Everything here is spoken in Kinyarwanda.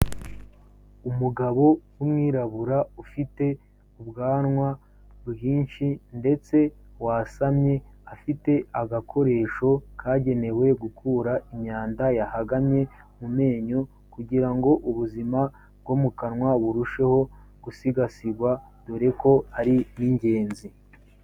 Umugabo w'umwirabura ufite ubwanwa bwinshi ndetse wasamye, afite agakoresho kagenewe gukura imyanda yahagamye mu menyo kugira ngo ubuzima bwo mu kanwa burusheho gusigasigwa dore ko ari n'ingenzi.